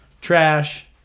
trash